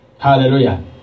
Hallelujah